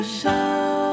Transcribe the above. show